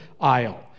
aisle